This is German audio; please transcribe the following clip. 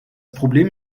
problem